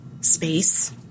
space